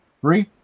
Three